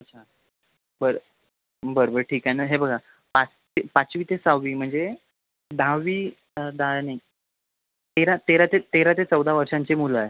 अच्छा बरं बरं बरं ठीक आहे ना हे बघा पाचवी ते सहावी म्हणजे दहावी दहा नाही तेरा ते चौदा तेरा ते चौदा वर्षांची मुलं आहे